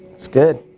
it's good.